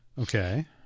Okay